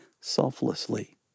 selflessly